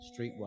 streetwise